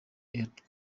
airtel